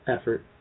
effort